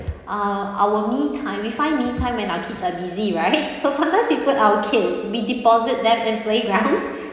uh our me time we find me time when our kids are busy right so sometimes we put our kids we deposit them in playgrounds